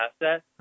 asset